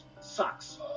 sucks